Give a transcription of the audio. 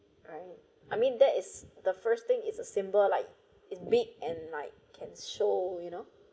right I mean that is the first thing is a symbol like it's big and like can show you know